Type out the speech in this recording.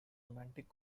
romantic